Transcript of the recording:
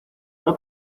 una